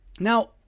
Now